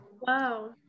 Wow